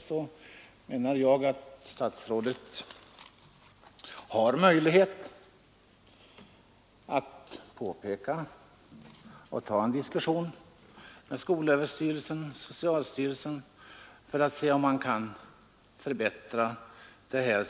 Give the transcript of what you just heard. Statsrådet har möjlighet att ta en diskussion med skolöverstyrelsen och socialstyrelsen för att se om man kan förbättra bestämmelserna.